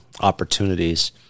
opportunities